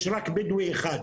יש רק בדואי אחד,